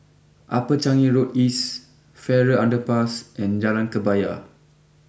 Upper Changi Road East Farrer Underpass and Jalan Kebaya